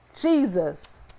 Jesus